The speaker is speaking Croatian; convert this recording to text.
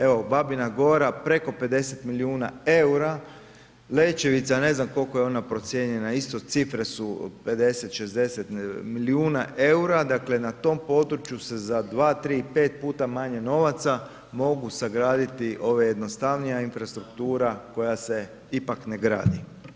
Evo Babina Gora preko 50 milijuna eura, Lećevica ne znam koliko je ona procijenjena isto cifre su 50, 60 milijuna eura, dakle na tom području se za dva, tri, pet puta manje novaca mogu sagraditi ova jednostavnija infrastruktura koja se ipak ne gradi.